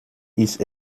ist